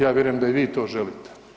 Ja vjerujem da i vi to želite.